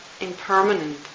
impermanent